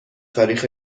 تاریخ